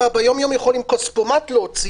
ביומיום אתה אפילו יכול עם כספומט להוציא,